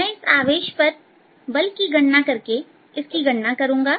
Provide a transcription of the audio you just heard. मैं इस आवेश पर बल की गणना करके इसकी गणना करूंगा